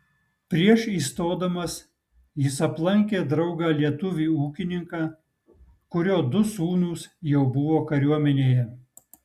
prieš įstodamas jis aplankė draugą lietuvį ūkininką kurio du sūnūs jau buvo kariuomenėje